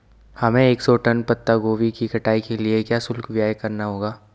हमें एक सौ टन पत्ता गोभी की कटाई के लिए क्या शुल्क व्यय करना होगा?